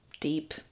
Deep